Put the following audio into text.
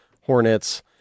hornets